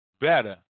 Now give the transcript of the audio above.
better